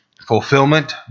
Fulfillment